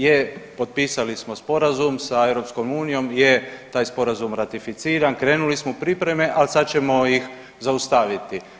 Je, potpisali smo sporazum sa EU, je taj sporazum ratificiran, krenuli smo u pripreme, ali sada ćemo ih zaustaviti.